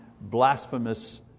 blasphemous